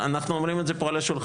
אנחנו אומרים את זה פה על השולחן,